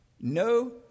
No